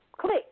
click